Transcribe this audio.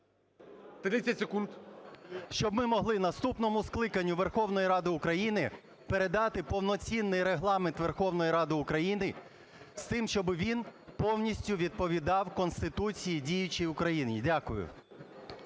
М.М. Щоб ми могли наступному скликанню Верховної Ради України передати повноцінний Регламент Верховної Ради України, з тим щоби він повністю відповідав Конституції діючій України. Дякую.